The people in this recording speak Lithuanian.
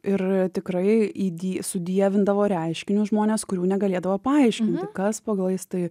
ir tikrai į die sudievindavo reiškinius žmonės kurių negalėdavo paaiškinti kas po galais tai